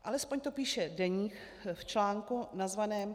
Alespoň to píše Deník v článku nazvaném